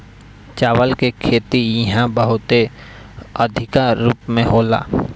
चावल के खेती इहा बहुते अधिका रूप में होला